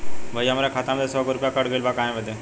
भईया हमरे खाता मे से सौ गो रूपया कट गइल बा काहे बदे?